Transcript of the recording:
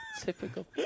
Typical